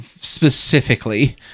specifically